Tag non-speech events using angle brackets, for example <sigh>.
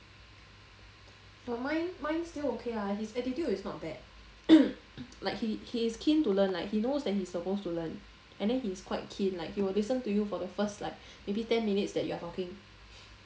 for mine mine still okay lah his attitude is not bad like <coughs> he he is keen to learn like he knows that he's supposed to learn and then he is quite keen like he will listen to you for the first like maybe ten minutes that you are talking